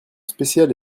spéciale